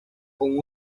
con